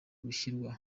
gushyirwa